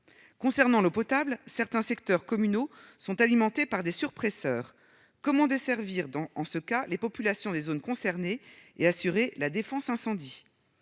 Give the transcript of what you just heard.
Concernant l'eau potable, certains secteurs communaux sont alimentés par des surpresseurs. En cas de coupure, comment desservir les populations des zones concernées et assurer la défense incendie ?